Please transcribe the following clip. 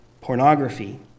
pornography